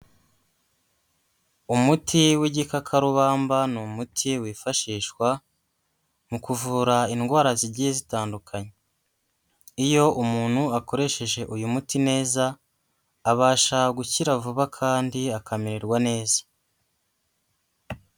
Umuti w'igikakarubamba ni umuti wifashishwa mu kuvura indwara zigiye zitandukanye. Iyo umuntu akoresheje uyu muti neza abasha gukira vuba kandi akamererwa neza.